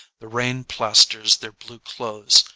the rain plasters their blue clothes,